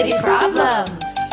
problems